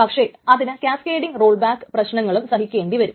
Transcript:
പക്ഷേ അതിന് cascading roll back പ്രശ്നങ്ങളും സഹിക്കേണ്ടിവരും